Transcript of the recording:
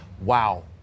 wow